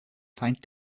find